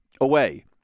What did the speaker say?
away